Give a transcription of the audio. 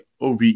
OVE